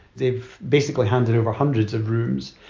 they've basically handed over hundreds of rooms.